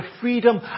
freedom